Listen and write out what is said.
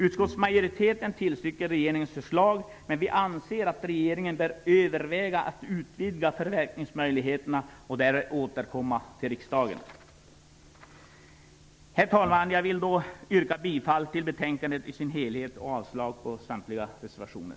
Utskottsmajoriteten tillstyrker regeringens förslag, men vi anser att regeringen bör överväga att utvidga förverkandemöjligheterna och därefter återkomma till riksdagen. Herr talman! Jag vill yrka bifall till hemställan i betänkandet och avslag på samtliga reservationer.